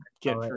get